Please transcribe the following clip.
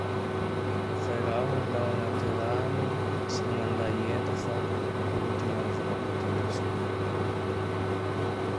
Nao fa i raho hilagno agnaty rano. Tsy manday enta fa ko-kolôty maivagna avao ty andesiko.